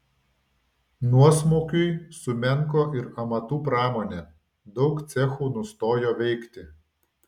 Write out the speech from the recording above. nuosmukiui sumenko ir amatų pramonė daug cechų nustojo veikti